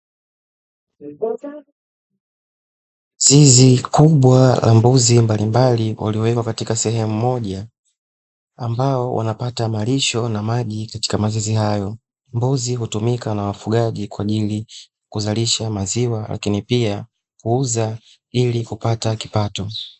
Zizi kubwa la mbuzi mbalimbali waliowekwa katika sehemu moja ambao wanapata malisho na maji katika mazizi hayo. mbuzi hutumika na wafugaji kwa ajili ya kuzalisha maziwa lakini pia kuuza ili kupata kipato.